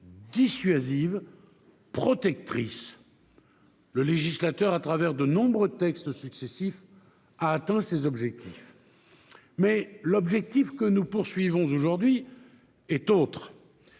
dissuasive, [...] protectrice ». Le législateur, au travers de nombreux textes successifs, a atteint ces objectifs. Mais l'objectif que nous visons aujourd'hui est autre.